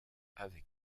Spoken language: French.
avec